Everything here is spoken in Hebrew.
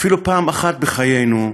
אפילו פעם אחת בחיינו,